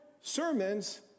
sermons